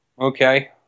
Okay